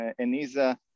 Enisa